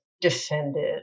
defended